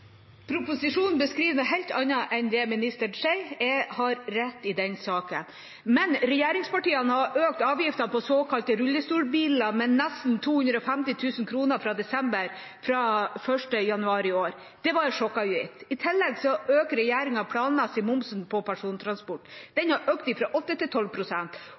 Proposisjonen beskriver noe helt annet enn det statsråden sier. Jeg har rett i den saken. Regjeringspartiene har økt avgiften på såkalte rullestolbiler med nesten 250 000 kr fra 1. januar i år. Det var en sjokkavgift. I tillegg øker regjeringa planmessig momsen på persontransport. Den har økt fra 8 pst. til 12 pst. I